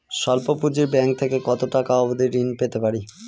স্বল্প পুঁজির ব্যাংক থেকে কত টাকা অবধি ঋণ পেতে পারি?